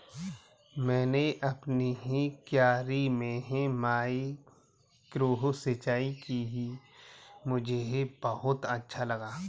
मैंने अपनी क्यारी में माइक्रो सिंचाई की मुझे बहुत अच्छा लगा